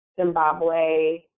Zimbabwe